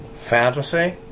fantasy